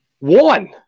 One